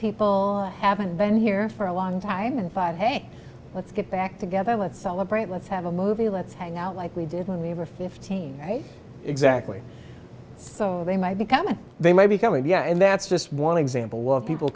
people haven't been here for a long time and five hey let's get back together let's celebrate let's have a movie let's hang out like we did when we were fifteen right exactly so they might be coming they may be coming yeah and that's just one example well people